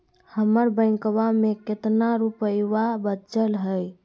हमर बैंकवा में कितना रूपयवा बचल हई?